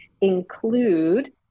include